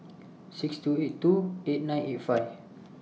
six two eight two eight nine eight five